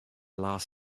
last